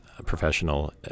professional